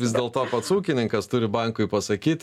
vis dėlto pats ūkininkas turi bankui pasakyt